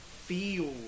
feel